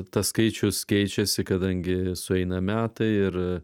tas skaičius keičiasi kadangi sueina metai ir